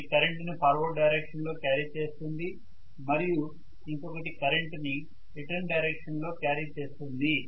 ఒకటి కరెంటు ని forward direction లో క్యారీ చేస్తుంది మరియు ఇంకొకటి కరెంటు ని రిటర్న్ డైరెక్షన్ లో క్యారీ చేస్తుంది